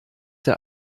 der